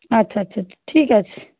আচ্ছা আচ্ছা ঠিক আছে